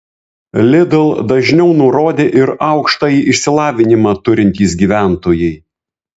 lidl dažniau nurodė ir aukštąjį išsilavinimą turintys gyventojai